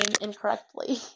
incorrectly